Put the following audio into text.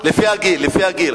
לפי הגיל.